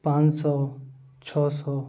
पाँच सए छओ सए